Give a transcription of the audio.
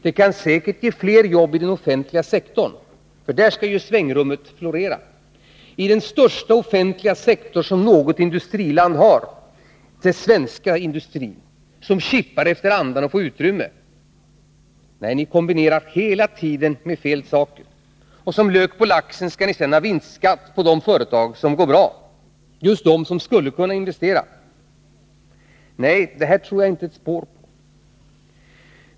Det kan säkert ge fler jobb i den offentliga sektorn, för där skall detta med svängrummet florera — i den största offentliga sektor som något industriland har, medan den svenska industrin kippar efter andan för att få utrymme. Nej, ni kombinerar hela tiden med fel saker. Och som lök på laxen skall ni sedan ha vinstskatt på de företag som går bra, just de som skulle kunna investera. Det tror jag inte ett dugg på.